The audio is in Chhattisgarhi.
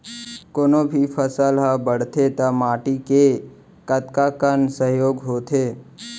कोनो भी फसल हा बड़थे ता माटी के कतका कन सहयोग होथे?